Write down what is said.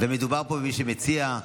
מדובר פה במי שהציע,